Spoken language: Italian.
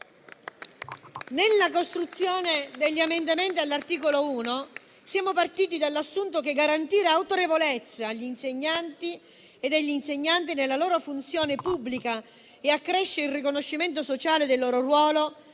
Nella costruzione degli emendamenti all'articolo 1 siamo partiti dall'assunto che garantire autorevolezza agli insegnanti nella loro funzione pubblica e accrescere il riconoscimento sociale del loro ruolo,